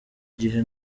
gihe